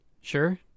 Sure